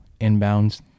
inbounds